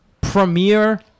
premier